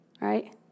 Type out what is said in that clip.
Right